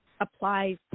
applies